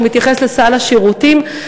שמתייחס לסל השירותים,